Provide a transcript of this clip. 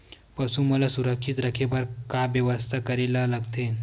पशु मन ल सुरक्षित रखे बर का बेवस्था करेला लगथे?